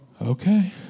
Okay